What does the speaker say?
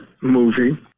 movie